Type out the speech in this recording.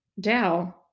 DAO